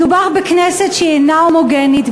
מדובר בכנסת שאינה הומוגנית,